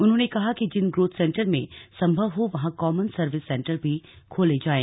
उन्होंने कहा कि जिन ग्रोथ सेंटर में सम्भव हो वहां कॉमन सर्विस सेंटर भी खोले जाएं